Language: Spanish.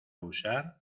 usar